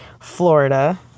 Florida